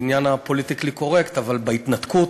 בעניין הפוליטיקלי-קורקט, אבל גם בהתנתקות,